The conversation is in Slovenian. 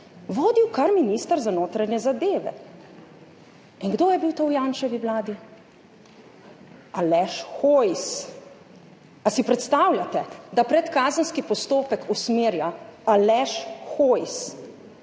vodil kar minister za notranje zadeve. In kdo je bil to v Janševi vladi? Aleš Hojs. Ali si predstavljate, da predkazenski postopek usmerja Aleš Hojs?